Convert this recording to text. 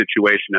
situation